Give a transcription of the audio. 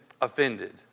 offended